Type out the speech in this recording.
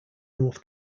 north